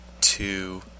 two